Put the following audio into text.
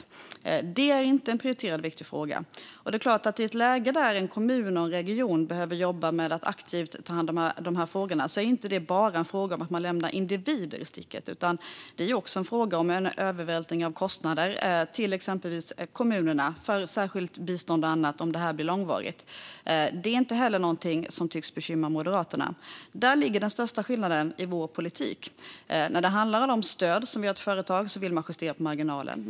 Men det är visst inte en prioriterad och viktig fråga. Det är klart att i ett läge där en kommun och en region behöver jobba med att aktivt ta hand om de här frågorna är det inte bara en fråga om att lämna individer i sticket; det är också en fråga om en övervältring av kostnader till exempelvis kommunerna för ett särskilt bistånd och annat om det här blir långvarigt. Det är inte heller någonting som tycks bekymra Moderaterna. Däri ligger den största skillnaden i vår politik. När det handlar om stöd som ges till företag vill man justera på marginalen.